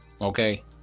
okay